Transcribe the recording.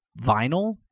Vinyl